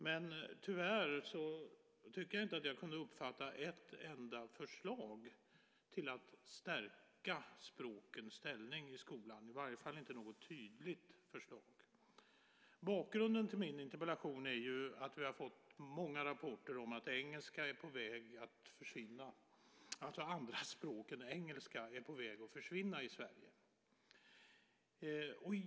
Men tyvärr kunde jag inte uppfatta ett enda förslag för att stärka språkens ställning i skolan, i varje fall inte något tydligt förslag. Bakgrunden till min interpellation är att vi har fått många rapporter om att andra språk än engelska är på väg att försvinna i Sverige.